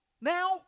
now